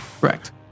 Correct